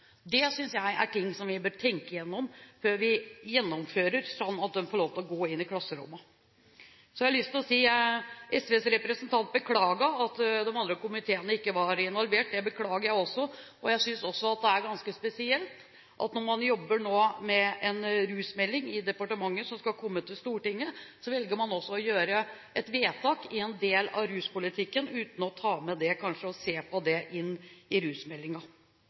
Det synes jeg er ting vi bør tenke gjennom før vi gjennomfører dette med at de får lov til å gå inn i klasserommene. Så har jeg lyst til å kommentere at SVs representant beklaget at de andre komiteene ikke var involvert – det beklager jeg også. Jeg synes også det er ganske spesielt at når man nå jobber med en rusmelding i departementet, som skal komme til Stortinget, så velger man å gjøre vedtak når det gjelder en del av ruspolitikken, uten å ta det med og se på det i rusmeldingen. Egentlig ville jeg bare ta ordet i